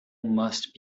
must